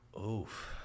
Oof